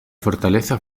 fortaleza